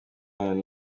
kigali